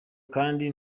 kandi